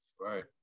Right